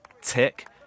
tick